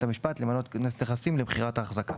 המשפט ולמנות כונס נכסים למכירת האחזקה.